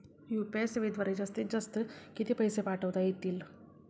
UPI सेवेद्वारे जास्तीत जास्त किती पैसे पाठवता येतील?